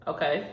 Okay